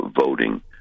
voting